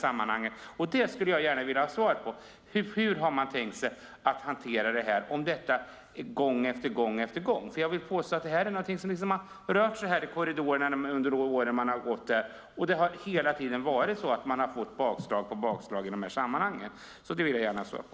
Jag skulle gärna vilja ha svar på hur man har tänkt sig att hantera detta, om detta sker gång på gång? Jag vill påstå att detta är något som liksom har rört sig i korridorerna under åren, och det har hela tiden kommit bakslag på bakslag i de här sammanhangen. Det vill jag gärna ha svar på.